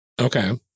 Okay